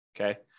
okay